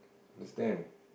understand